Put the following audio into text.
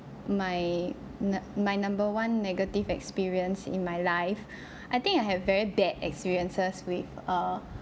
my my number one negative experience in my life I think I have very bad experiences with err